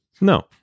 No